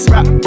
Rap